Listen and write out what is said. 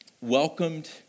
Welcomed